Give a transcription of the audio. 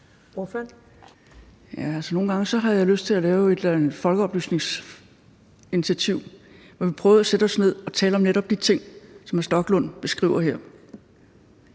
Nogle gange har jeg lyst til at lave et eller andet folkeoplysningsinitiativ, hvor vi prøver at sætte os ned og tale om netop de ting, som hr. Rasmus Stoklund beskriver her.